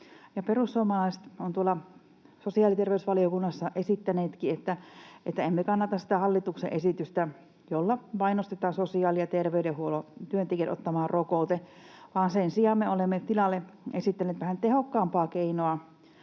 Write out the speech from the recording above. Perussuomalaiset ovat sosiaali- ja terveysvaliokunnassa esittäneetkin, että emme kannata hallituksen esitystä, jolla painostetaan sosiaali- ja terveydenhuollon työntekijät ottamaan rokote, vaan sen sijaan me olemme tilalle esittäneet vähän tehokkaampaa keinoa